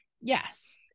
Yes